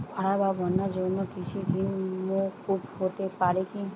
খরা বা বন্যার জন্য কৃষিঋণ মূকুপ হতে পারে কি?